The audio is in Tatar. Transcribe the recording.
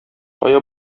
кая